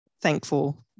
thankful